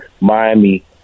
Miami